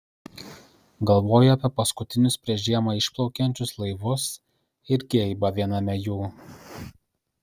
galvoju apie paskutinius prieš žiemą išplaukiančius laivus ir geibą viename jų